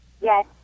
Yes